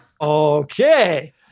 Okay